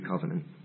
covenant